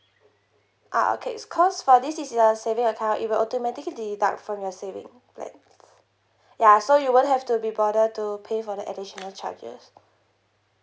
ah okay because for this is the saving account it will automatically deduct from your saving like ya so you won't have to be bother to pay for the additional charges